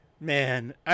Man